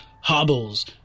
hobbles